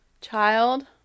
Child